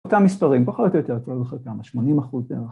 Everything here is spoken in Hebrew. ‫אותם מספרים, פחות או יותר כבר לא זוכר כמה, 80 אחוז בערך